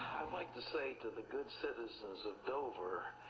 i'd like to say to the good citizens of dover,